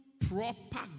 proper